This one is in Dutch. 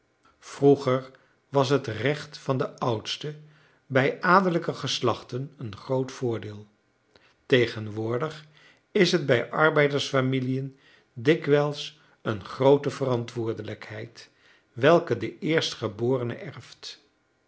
vroeger was het recht van den oudste bij adellijke geslachten een groot voordeel tegenwoordig is het bij arbeidersfamiliën dikwijls een groote verantwoordelijkheid welke de eerstgeborene erft